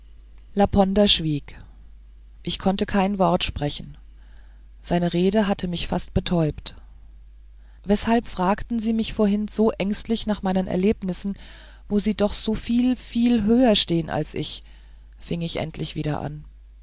schwieg lange konnte ich kein wort sprechen seine rede hatte mich fast betäubt weshalb fragten sie mich vorhin so ängstlich nach meinen erlebnissen wo sie doch so viel viel höher stehen als ich fing ich endlich wieder an